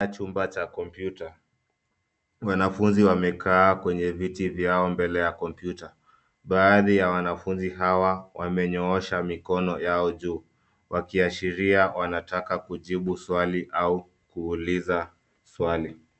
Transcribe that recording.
Katika chumba cha kompyuta wanafunzi wamekaa kwenye viti vyao mbele ya kompyuta. Baadhi ya wanafunzi hawa wamenyoosha mikono yao juu wakiashiria wanataka kujibu swali au kuuliza swali.